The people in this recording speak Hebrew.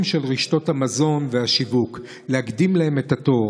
של רשתות המזון והשיווק להקדים להם את התור.